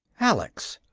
alex.